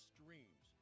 Streams